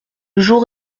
jour